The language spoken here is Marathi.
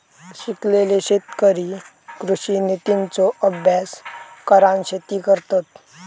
शिकलेले शेतकरी कृषि नितींचो अभ्यास करान शेती करतत